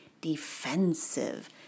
defensive